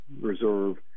reserve